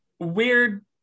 weird